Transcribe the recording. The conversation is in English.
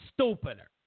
stupider